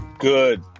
Good